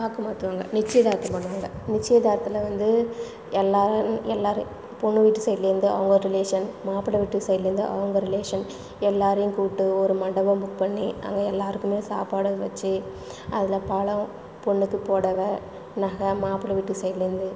பார்க்குமாத்துவாங்க நிச்சியதார்த்தம் பண்ணுவாங்க நிச்சியதார்த்தில் வந்து எல்லாரும் எல்லாரு பொண்ணு வீட்டு சைட்லேர்ந்து அவங்க ரிலேஷன் மாப்பிள வீட்டு சைட்லேர்ந்து அவங்க ரிலேஷன் எல்லாரையும் கூப்ட்டு ஒரு மண்டபம் புக் பண்ணி அங்கே எல்லாருக்குமே சாப்பாடு வச்சு அதில் பலம் பொண்ணுக்கு புடவ நகை மாப்பிள வீட்டு சைட்லேர்ந்து